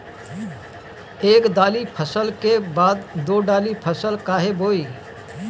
एक दाली फसल के बाद दो डाली फसल काहे बोई?